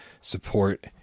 support